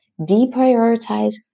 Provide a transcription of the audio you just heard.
deprioritize